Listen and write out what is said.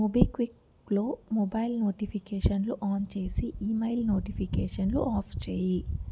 మోబిక్విక్లో mobile నోటిఫికేషన్లు on చేసి email నోటిఫికేషన్లు ఆఫ్ చేయి